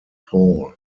paul